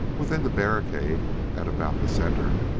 within the barricade, at about the center,